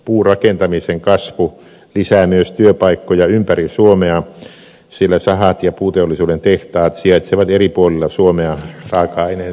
puurakentamisen kasvu lisää myös työpaikkoja ympäri suomea sillä sahat ja puuteollisuuden tehtaat sijaitsevat eri puolilla suomea raaka aineensa lähellä